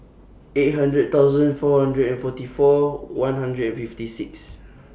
eight hundred thousand four hundred and forty four one hundred and fifty six